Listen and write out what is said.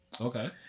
Okay